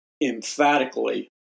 emphatically